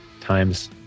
times